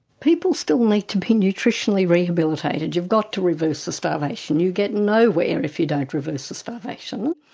people still need to be nutritionally rehabilitated, you've got to reverse the starvation. you get nowhere if you don't reverse the starvation,